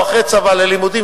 או אחרי צבא ללימודים,